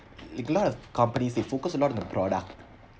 a lot of companies they focus a lot on the product